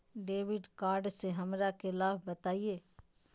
Debit card से हमरा के लाभ बताइए?